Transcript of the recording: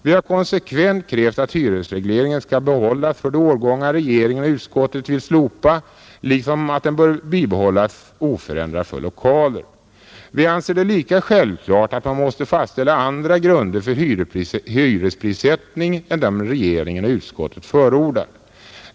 Vi har konsekvent krävt att hyresregleringen skall behållas för de årgångar regeringen och utskottet vill slopa liksom att den bör behållas oförändrad för lokaler. Vi anser det lika självklart att man måste fastställa andra grunder för hyresprissättningen än dem regeringen och utskottet förordar.